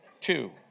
Two